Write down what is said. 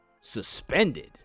suspended